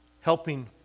helping